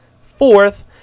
fourth